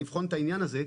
לבחון את העניין הזה.